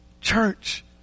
Church